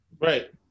Right